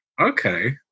okay